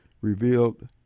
revealed